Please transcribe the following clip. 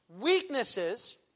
weaknesses